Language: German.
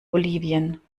bolivien